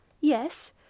Yes